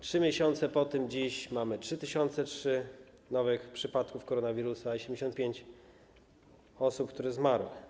3 miesiące po tym dziś mamy 3003 nowe przypadki koronawirusa i 75 osób, które zmarło.